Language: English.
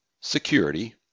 security